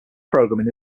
programming